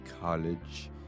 College